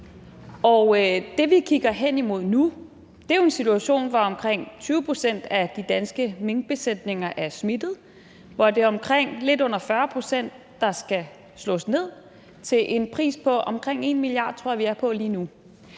Det, vi kigger hen imod nu, er jo en situation, hvor omkring 20 pct. af de danske minkbesætninger er smittede, og hvor det er omkring lidt under 40 pct., der skal slås ned, til en pris på omkring 1 mia. kr., tror jeg vi er på lige nu.